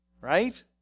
right